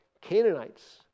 Canaanites